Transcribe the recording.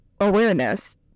awareness